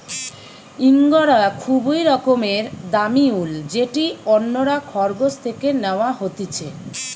ইঙ্গরা খুবই রকমের দামি উল যেটি অন্যরা খরগোশ থেকে ন্যাওয়া হতিছে